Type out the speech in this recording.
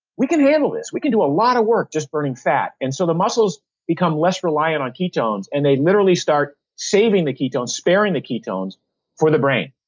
we can handle this. we can do a lot of work just burning fat, and so the muscles become less reliant on ketones, and they literally start saving the ketones, sparing the ketones for the brain.